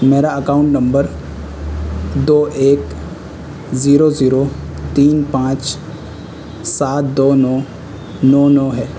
میرا account number دو ایک زیرو زیرو تین پانچ سات دو نو نو نو ہے